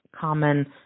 common